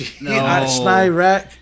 No